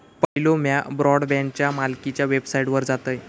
पयलो म्या ब्रॉडबँडच्या मालकीच्या वेबसाइटवर जातयं